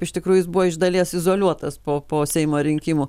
iš tikrųjų jis buvo iš dalies izoliuotas po po seimo rinkimų